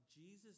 Jesus